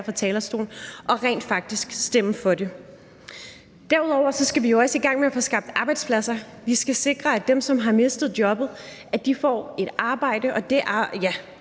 fra talerstolen, og rent faktisk stemme for det. Derudover skal vi jo også i gang med at få skabt arbejdspladser. Vi skal sikre, at dem, som har mistet jobbet, får et arbejde. Det haster